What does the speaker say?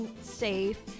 safe